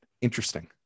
interesting